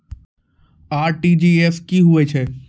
RTGS की होय छै?